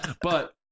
But-